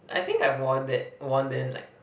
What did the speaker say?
I think I wore that worn then like